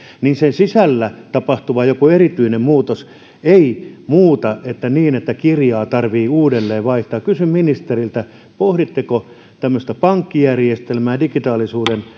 sisällä tapahtuva jokin erityinen muutos ei muuta niin että kirjaa tarvitsee uudelleen vaihtaa kysyn ministeriltä pohditteko tämmöistä pankkijärjestelmää digitaalisuuden